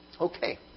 Okay